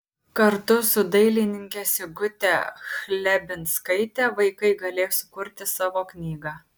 kartu su dailininke sigute chlebinskaite vaikai galės sukurti savo knygą